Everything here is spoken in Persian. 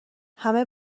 همه